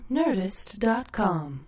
nerdist.com